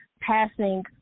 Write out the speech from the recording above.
passing –